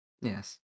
Yes